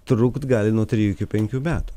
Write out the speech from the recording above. trukt gali nuo trijų iki penkių metų